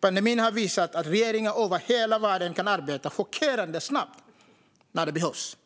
Pandemin har visat att regeringar över hela världen kan arbeta chockerande snabbt när det behövs,